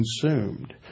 consumed